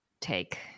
take